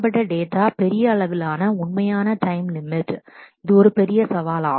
மாறுபட்ட டேட்டா பெரிய அளவிலான உண்மையான டைம் லிமிட் time limit இது ஒரு பெரிய சவால்